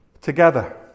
together